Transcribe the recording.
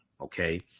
okay